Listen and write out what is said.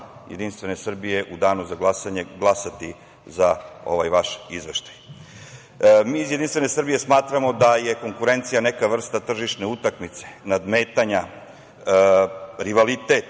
Jedinstvene Srbije u danu za glasanje glasati za ovaj vaš izveštaj. Mi iz Jedinstvene Srbije smatramo da je konkurencija neka vrsta tržišne utakmice, nadmetanja, rivalitet